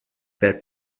bad